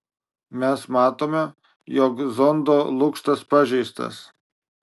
mes matome jog zondo lukštas pažeistas